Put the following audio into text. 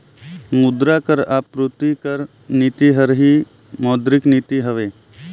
मुद्रा कर आपूरति कर नीति हर ही मौद्रिक नीति हवे